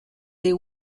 des